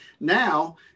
now